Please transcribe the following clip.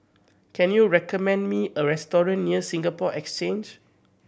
can you recommend me a restaurant near Singapore Exchange